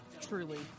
Truly